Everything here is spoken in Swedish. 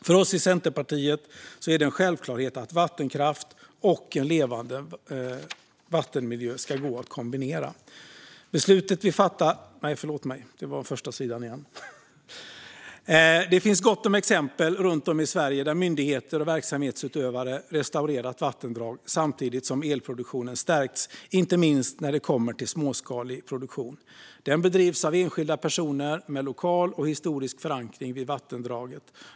För oss i Centerpartiet är det en självklarhet att vattenkraft och en levande vattenmiljö ska gå att kombinera. Det finns gott om exempel runt om i Sverige där myndigheter och verksamhetsutövare restaurerat vattendrag samtidigt som elproduktionen stärkts, inte minst när det kommer till småskalig produktion. Den bedrivs av enskilda personer med lokal och historisk förankring vid vattendraget.